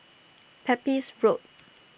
Pepys Road